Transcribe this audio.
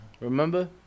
Remember